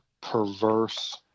perverse